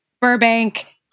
Burbank